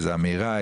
איזו אמירה,